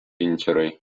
injury